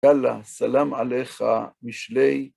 יאללה, סלם עליך משלי.